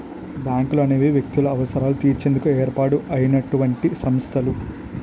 బ్యాంకులనేవి వ్యక్తుల అవసరాలు తీర్చేందుకు ఏర్పాటు అయినటువంటి సంస్థలు